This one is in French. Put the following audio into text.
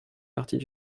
parties